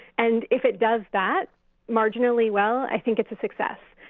and if it does that marginally well, i think it's a success.